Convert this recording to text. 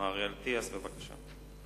מר אריאל אטיאס, בבקשה.